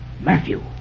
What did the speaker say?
Matthew